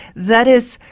that is,